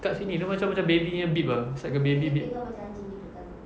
dekat sini dia macam macam baby punya bib ah it's like a baby bib